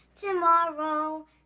tomorrow